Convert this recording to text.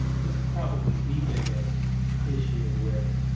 this is probably the biggest issue with,